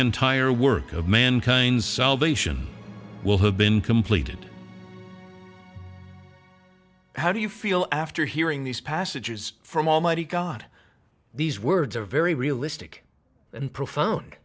entire work of mankind's salvation will have been completed how do you feel after hearing these passages from almighty god these words are very realistic and pro